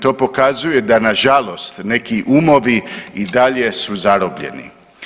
To pokazuje da nažalost neki umovi i dalje su zarobljeni.